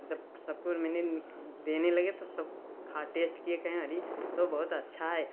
जब सब को मैंने देने लगे तो सब खा टेस्ट किए तो कहे अरे ये तो बहुत अच्छा है